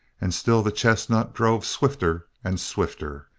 and still the chestnut drove swifter and swifter.